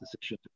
decision